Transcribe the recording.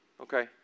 okay